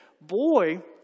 Boy